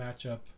matchup